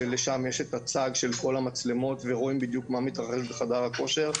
ששם יש את הצג של כל המצלמות ורואים בדיוק מה מתרחש בחדר הכושר.